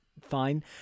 fine